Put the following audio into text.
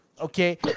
Okay